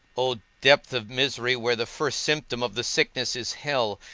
o depth of misery, where the first symptom of the sickness is hell,